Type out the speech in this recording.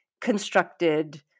constructed